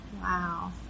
Wow